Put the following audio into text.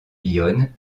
yonne